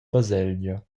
baselgia